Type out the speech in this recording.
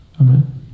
Amen